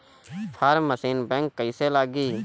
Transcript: Form machine बैक कईसे लागी?